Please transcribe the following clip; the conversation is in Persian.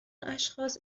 اشخاص